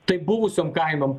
tai buvusiom kainom